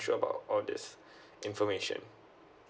unsure about all these information